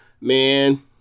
man